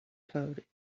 code